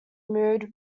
mood